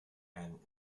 and